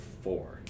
four